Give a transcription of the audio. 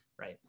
right